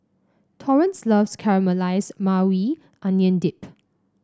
Torrence loves Caramelize Maui Onion Dip